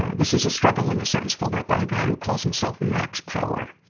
this is a struggle in a sentence filled out by a guy who calls himself max power.